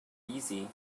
easy